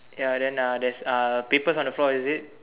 ya then uh there's uh papers on the floor is it